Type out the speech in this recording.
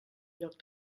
lloc